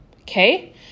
okay